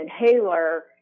inhaler